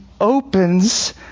opens